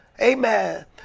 amen